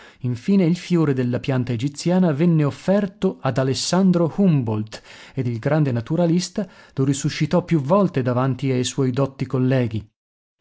infine il fiore della pianta egiziana venne offerto ad alessandro humboldt ed il grande naturalista lo risuscitò più volte davanti ai suoi dotti colleghi